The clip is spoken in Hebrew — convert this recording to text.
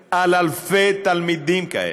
על אלפי תלמידים כאלה.